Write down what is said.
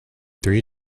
three